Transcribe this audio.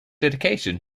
dedication